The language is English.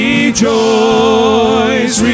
Rejoice